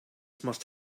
must